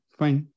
fine